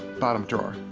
bottom drawer.